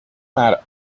matter